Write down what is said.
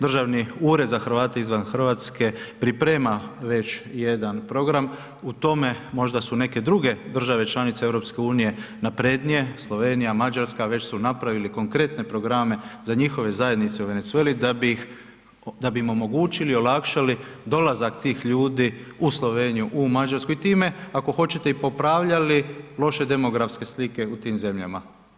Državni ured za Hrvate izvan Hrvatske priprema već jedan program, u tome možda su neke druge države članice EU naprednije, Slovenija, Mađarska, već su napravile konkretne programe za njihove zajednice u Venezueli da bi im omogućili, olakšali dolazak tih ljudi u Sloveniju u Mađarsku i time ako hoćete i popravljali loše demografske slike u tim zemljama.